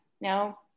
No